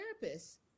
therapist